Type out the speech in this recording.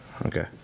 Okay